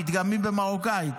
פתגמים במרוקאית.